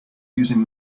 using